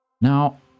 Now